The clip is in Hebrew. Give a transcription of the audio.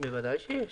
בוודאי שיש.